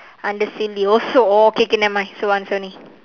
under silly also okay okay never mind so answer only